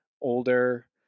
older